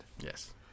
Yes